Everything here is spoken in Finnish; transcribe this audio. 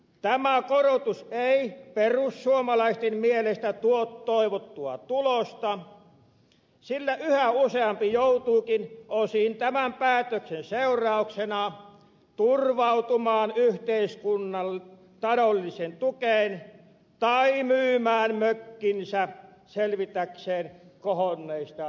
tämä korotus ei perussuomalaisten mielestä tuo toivottua tulosta sillä yhä useampi joutuukin osin tämän päätöksen seurauksena turvautumaan yhteiskunnan taloudelliseen tukeen tai myymään mökkinsä selvitäkseen kohonneista kustannuksistaan